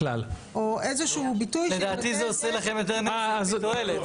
לדעתי זה עושה לכם יותר נזק מתועלת.